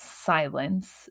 silence